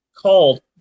called